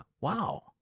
Wow